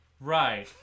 Right